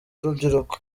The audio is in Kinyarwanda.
rubyiruko